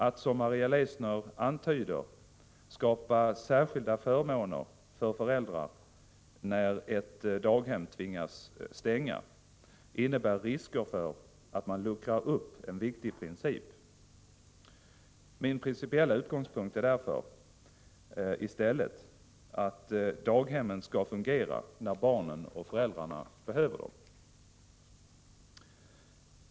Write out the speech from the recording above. Att som Maria Leissner antyder skapa särskilda förmåner för föräldrarna när ett daghem tvingas stänga innebär risker för att man luckrar upp en viktig princip. Min principiella utgångspunkt är i stället att daghemmen skall fungera när barnen och föräldrarna behöver dem.